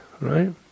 right